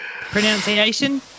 Pronunciation